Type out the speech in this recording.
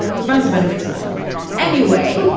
ah friends of benefits won anyway.